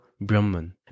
Brahman